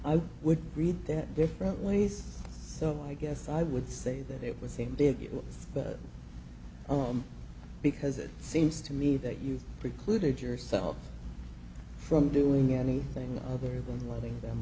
i would read them different ways so i guess i would say that it would seem did that on because it seems to me that you precluded yourself from doing anything other than letting them